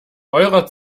eurer